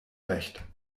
recht